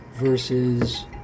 versus